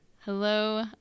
hello